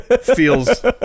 feels